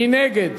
מי נגד?